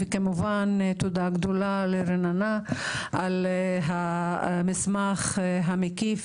וכמובן תודה גדולה לרננה על המסמך המקיף.